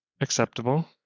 Acceptable